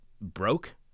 broke